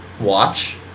watch